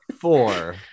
four